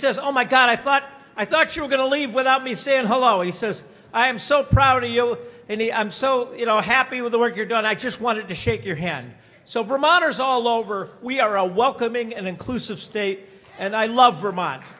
says oh my god i thought i thought you were going to leave without me saying hello he says i am so proud of you and he i'm so you know happy with the work you're done i just wanted to shake your hand so vermonters all over we are a welcoming and inclusive state and i love vermont